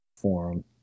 forum